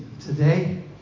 today